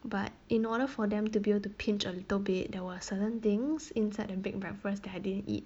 but in order for them to a little bit there were certain things inside the big breakfast that I didn't eat